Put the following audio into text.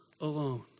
alone